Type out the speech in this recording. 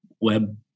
web